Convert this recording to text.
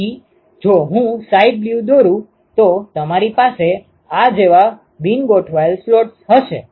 તેથી જો હું સાઈડ વ્યુ દોરુ તો તમારી પાસે આ જેવા બિન ગોઠવાયેલ સ્લોટ્સ હશે